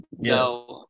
Yes